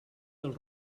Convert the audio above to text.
del